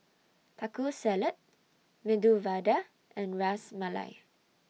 Taco Salad Medu Vada and Ras Malai